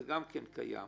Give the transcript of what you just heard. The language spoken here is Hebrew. זה גם כן קיים,